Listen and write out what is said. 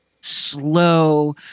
slow